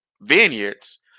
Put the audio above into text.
vineyards